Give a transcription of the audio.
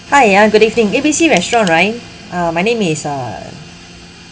hi ah good evening A B C restaurant right uh my name is uh